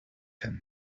him